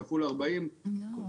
כפול 40. לא,